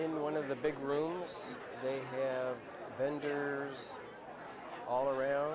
in one of the big room vendors all around